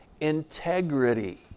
Integrity